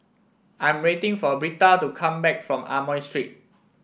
I'm waiting for Britta to come back from Amoy Street